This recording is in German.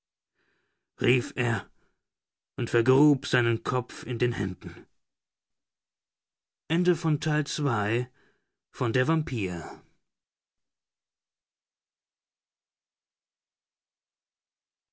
rief er und vergrub seinen kopf in den händen